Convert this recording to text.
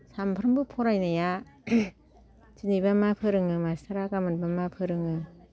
सानफ्रामबो फरायनाया दिनैबा मा फोरोङो मासथारा गाबोन मा फोरोङो